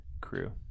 crew